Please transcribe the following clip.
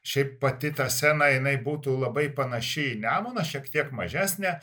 šiaip pati ta sena jinai būtų labai panaši į nemuną šiek tiek mažesnė